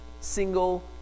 single